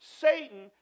Satan